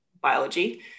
biology